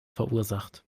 verursacht